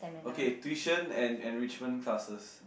okay tuition and enrichment classes